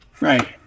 Right